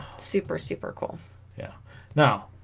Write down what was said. super super cool yeah now